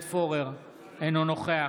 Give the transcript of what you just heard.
אינו נוכח